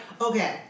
okay